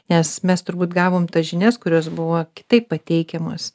nes mes turbūt gavom tas žinias kurios buvo kitaip pateikiamos